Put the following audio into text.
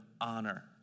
honor